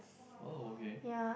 oh okay